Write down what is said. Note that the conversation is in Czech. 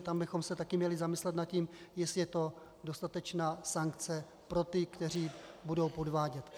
Tam bychom se také měli zamyslet nad tím, jestli je to dostatečná sankce pro ty, kteří budou podvádět.